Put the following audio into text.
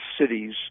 cities